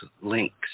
links